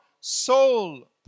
soul